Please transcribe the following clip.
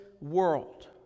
world